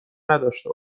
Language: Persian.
نداشته